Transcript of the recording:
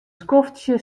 skoftsje